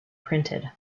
printed